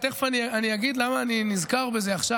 ותכף אני אגיד למה אני נזכר בזה עכשיו,